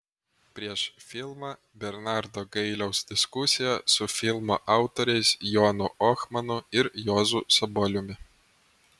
prieš filmą bernardo gailiaus diskusija su filmo autoriais jonu ohmanu ir juozu saboliumi